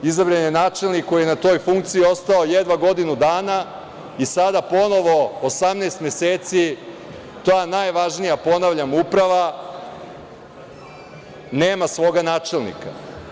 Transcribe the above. Izabran je načelnik koji je na toj funkciji ostao jedva godinu dana i sada ponovo 18 meseci ta najvažnija, ponavljam, uprava nema svoga načelnika.